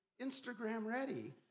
Instagram-ready